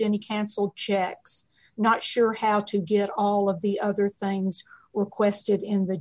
any canceled checks not sure how to get all of the other things requested